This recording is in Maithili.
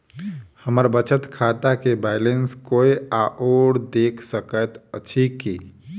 हम्मर बचत खाता केँ बैलेंस कोय आओर देख सकैत अछि की